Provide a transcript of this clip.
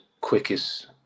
quickest